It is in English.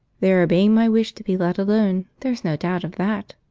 they are obeying my wish to be let alone, there's no doubt of that,